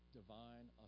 divine